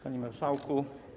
Panie Marszałku!